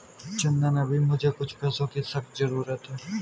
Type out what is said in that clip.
चंदन अभी मुझे कुछ पैसों की सख्त जरूरत है